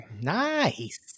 Nice